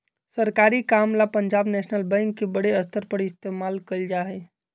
सरकारी काम ला पंजाब नैशनल बैंक के बडे स्तर पर इस्तेमाल कइल जा हई